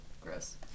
Gross